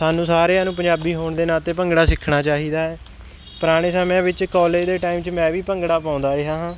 ਸਾਨੂੰ ਸਾਰਿਆਂ ਨੂੰ ਪੰਜਾਬੀ ਹੋਣ ਦੇ ਨਾਤੇ ਭੰਗੜਾ ਸਿੱਖਣਾ ਚਾਹੀਦਾ ਪੁਰਾਣੇ ਸਮਿਆਂ ਵਿੱਚ ਕੋਲਜ ਦੇ ਟਾਈਮ 'ਚ ਮੈਂ ਵੀ ਭੰਗੜਾ ਪਾਉਂਦਾ ਰਿਹਾ ਹਾਂ